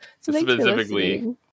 specifically